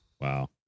wow